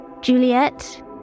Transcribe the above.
Juliet